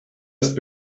ist